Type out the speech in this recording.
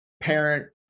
parent